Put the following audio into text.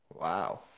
Wow